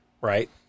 right